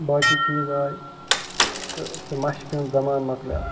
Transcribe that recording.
باقٕے چیٖز آیہِ تہٕ سُہ مَشقہِ ہُنٛد زمانہٕ مۅکلیٛو